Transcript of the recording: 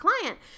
client